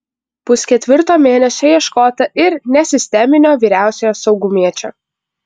pusketvirto mėnesio ieškota ir nesisteminio vyriausiojo saugumiečio